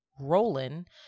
Roland